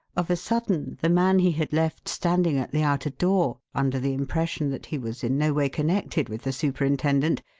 of a sudden the man he had left standing at the outer door, under the impression that he was in no way connected with the superintendent,